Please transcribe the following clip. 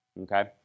Okay